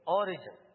origin